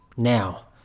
Now